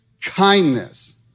kindness